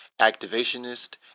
Activationist